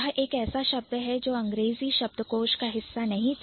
यह एक ऐसा शब्द है जो अंग्रेजी शब्दकोश का हिस्सा नहीं था